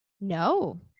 No